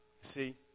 See